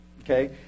Okay